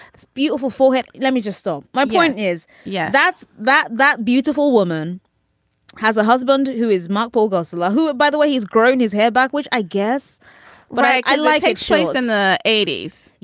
it's beautiful for him. let me just stop. my point is. yeah, that's that. that beautiful woman has a husband who is mup august la, who, ah by the way, he's grown his hair back, which i guess but i like a choice in the eighty s. yeah,